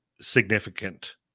significant